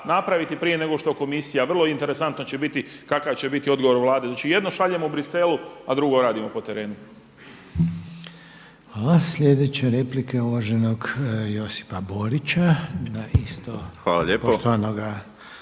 napraviti prije nego što komisija a vrlo interesantno će biti kakav će biti odgovor Vlade, znači jedno šaljemo Briselu a drugo radimo po terenu. **Reiner, Željko (HDZ)** Hvala. Slijedeća replika je uvaženog Josipa Borića na isto poštovanoga zastupnika